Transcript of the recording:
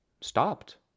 stopped